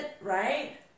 right